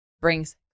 brings